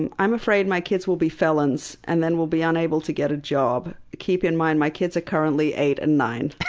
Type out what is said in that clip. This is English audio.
and i'm afraid my kids will be felons and then will be unable to get a job. keep in mind, my kids are currently eight and nine.